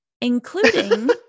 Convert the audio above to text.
including